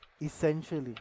essentially